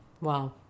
Wow